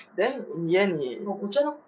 then 你 eh 你